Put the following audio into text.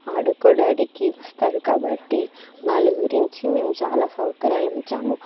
ఆడుకోవడానికి వస్తారు కాబట్టి వాళ్ళ గురించి మేము చాలా సౌకర్యాలు ఉంచాము